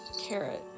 carrot